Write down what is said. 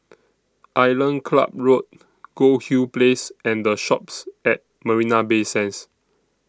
Island Club Road Goldhill Place and The Shoppes At Marina Bay Sands